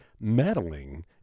meddling